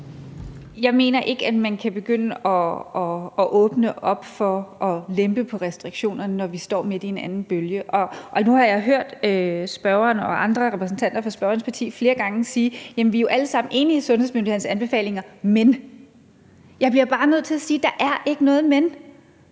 Jeg mener ikke, at man kan begynde at åbne op for at lempe på restriktionerne, når vi står midt i en anden bølge. Og nu har jeg hørt spørgeren og andre repræsentanter fra spørgerens parti flere gange sige: Vi er jo alle sammen enige i sundhedsmyndighedernes anbefalinger, men... Jeg bliver bare nødt til at sige: Der er ikke noget men